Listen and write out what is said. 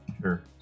Sure